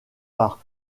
par